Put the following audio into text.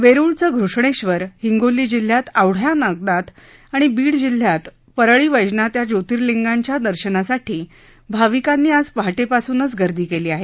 वेरुळचं घृष्णेश्वर हिंगोली जिल्ह्यात औंढा नागनाथ आणि बीड जिल्ह्यात परळी वैजनाथ या ज्योतिर्लिंगांच्या दर्शनासाठी भाविकांनी आज पहाटेपासूनच गर्दी केली आहे